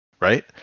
Right